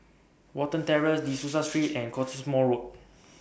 Watten Terrace De Souza Street and Cottesmore Road